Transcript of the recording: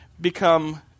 become